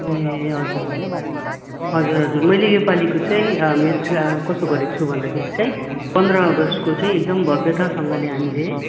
ए हजुर हजुर हजुर मैले योपालिको चाहिँ मिस कसो गरेको छु भन्दाखेरि चाहिँ पन्ध्र अगस्टको चाहिँ एकदम भव्यतासँगले हामीले